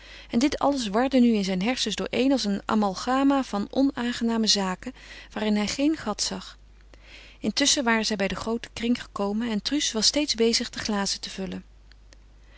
en dit alles warde nu in zijn hersens dooreen als een amalgama van onaangename zaken waarin hij geen gat zag intusschen waren zij bij den grooten kring gekomen en truus was steeds bezig de glazen te vullen